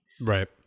right